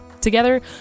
Together